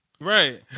Right